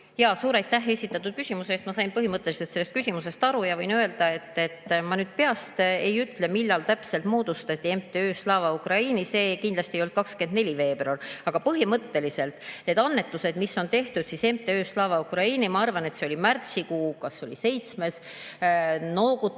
Jaa, suur aitäh esitatud küsimuse eest! Ma sain põhimõtteliselt küsimusest aru. Ma võin öelda, et ma nüüd peast ei ütle, millal täpselt moodustati MTÜ Slava Ukraini, see kindlasti ei olnud 24. veebruar, aga põhimõtteliselt need annetused, mis on tehtud MTÜ-le Slava Ukraini, ma arvan, et see oli märtsikuu, vist oli 7. märts. Heidi,